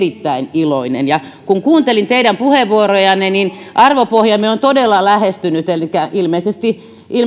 iloinen kun kuuntelin teidän puheenvuorojanne niin arvopohjamme on todella lähestynyt elikkä ilmeisesti